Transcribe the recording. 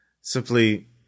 simply